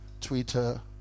Twitter